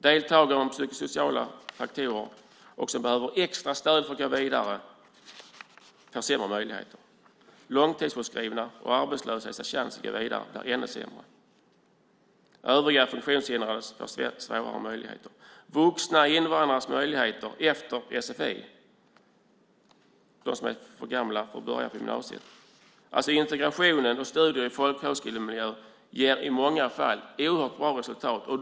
Deltagare med psykosociala faktorer, som behöver extra stöd för att gå vidare, får sämre möjligheter. Långtidssjukskrivnas och arbetslösas möjlighet att gå vidare blir ännu sämre. Övriga funktionshindrade får försämrade möjligheter. Möjligheterna för vuxna invandrare - personer som är för gamla för att börja på gymnasiet - efter sfi blir sämre. Integration och studier i folkhögskolemiljö ger i många fall mycket bra resultat.